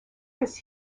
was